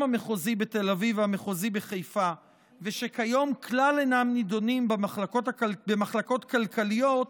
המחוזי תל אביב והמחוזי חיפה ושכיום כלל אינו נדון במחלקות כלכליות,